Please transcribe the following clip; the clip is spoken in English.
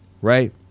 right